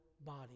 body